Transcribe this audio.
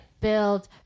build